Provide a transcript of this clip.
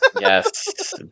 Yes